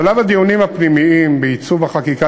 בשלב הדיונים הפנימיים בעיצוב החקיקה,